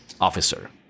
officer